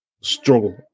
struggle